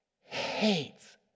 hates